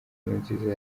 nkurunziza